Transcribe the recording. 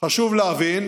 חשוב להבין: